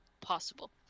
possible